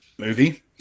movie